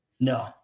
No